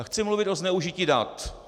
Chci mluvit o zneužití dat.